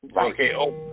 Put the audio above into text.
Okay